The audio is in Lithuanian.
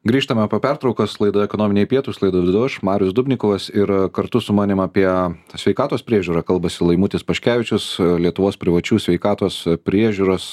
grįžtame po pertraukos laida ekonominiai pietūs laidą vedu aš marius dubnikovas ir kartu su manim apie sveikatos priežiūrą kalbasi laimutis paškevičius lietuvos privačių sveikatos priežiūros